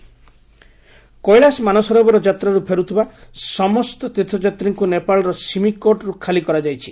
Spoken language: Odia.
ନେପାଳ ପିଲ୍ଗ୍ରୀମ୍ କୈଳାସ ମାନସରୋବର ଯାତ୍ରାରୁ ଫେରୁଥିବା ସମସ୍ତ ତୀର୍ଥଯାତ୍ରୀଙ୍କୁ ନେପାଳର ସିମିକୋଟ୍ରୁ ଖାଲି କରାଯାଇଛି